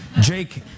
Jake